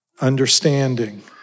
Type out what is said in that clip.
understanding